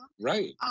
right